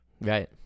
Right